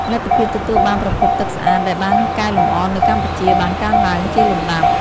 លទ្ធភាពទទួលបានប្រភពទឹកស្អាតដែលបានកែលម្អនៅកម្ពុជាបានកើនឡើងជាលំដាប់។